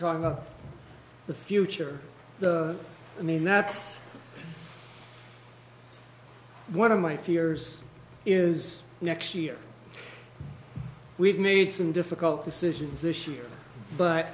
talk about the future i mean that's one of my fears is next year we've made some difficult decisions this year but